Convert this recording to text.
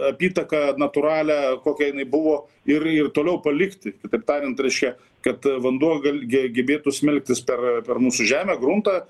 apytaką natūralią kokia jinai buvo ir ir toliau palikti kitaip tariant reiškia kad vanduo gal ge gebėtų smelktis per per mūsų žemę gruntą